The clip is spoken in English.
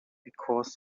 because